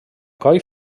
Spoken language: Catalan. coll